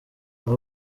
aba